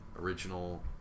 original